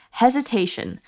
hesitation